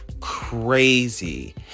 crazy